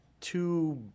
two